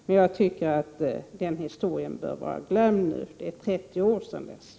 Men den historien bör vara glömd nu — det är 30 år sedan dess.